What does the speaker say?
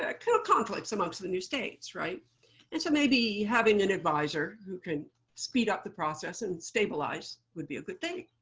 ah kind of conflicts amongst the new states. and so maybe having an advisor who can speed up the process and stabilize would be a good thing.